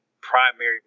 primary